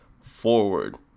forward